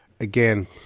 again